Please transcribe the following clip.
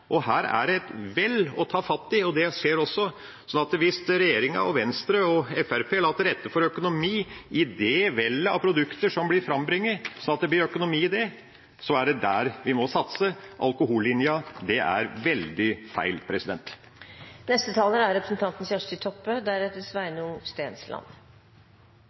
Her er det et vell å ta fatt i, og det skjer også. Hvis regjeringa, Venstre og Fremskrittspartiet la til rette for økonomi i det vellet av produkter som blir brakt fram, slik at det ble økonomi i det, var det der man burde satse. Alkohollinja – det er veldig feil. Det var representanten